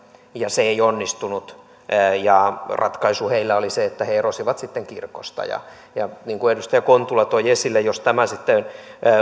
ja se ei onnistunut ratkaisu heillä oli se että he erosivat sitten kirkosta niin kuin edustaja kontula toi esille jos tämä